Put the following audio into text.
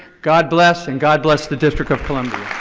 god bless and god bless the district of columbia.